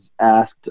asked